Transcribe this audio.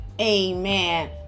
Amen